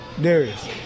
Darius